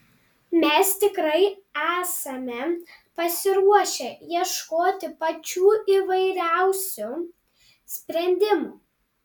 mes tikrai esame pasiruošę ieškoti pačių įvairiausių sprendimų